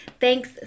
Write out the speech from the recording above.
Thanks